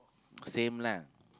same lah